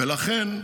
ולכן,